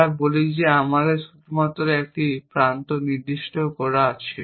আমরা বলি যে আমাদের শুধুমাত্র একটি প্রান্ত নির্দিষ্ট করা আছে